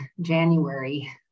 January